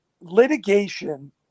litigation